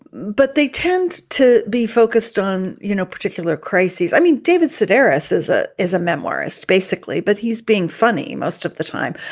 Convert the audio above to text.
but they tend to be focused on, you know, particular crises. i mean, david sedaris is a is a memoirist, basically, but he's being funny. most of the time.